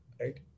right